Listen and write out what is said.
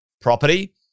property